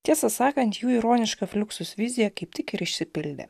tiesą sakant jų ironiška fluxus vizija kaip tik ir išsipildė